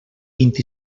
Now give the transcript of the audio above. vint